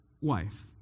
wife